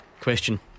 Question